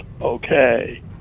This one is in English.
okay